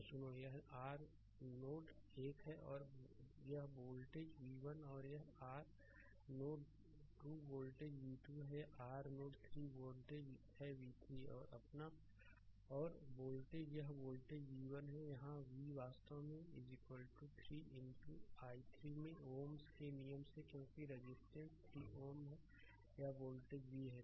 तो सुनो यह r नोड 1 है यह वोल्टेज v1 है और यह r नोड 2 वोल्टेज V 2 है यह r नोड 3 वोल्टेज है v3 और वोल्ट यह वोल्टेज V1 यहां है v वास्तव में 3 इनटू i3 मे Ωs के नियम से क्योंकि रजिस्टेंस 3 Ω है यह वोल्टेज v है